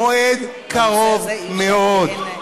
מועד קרוב מאוד.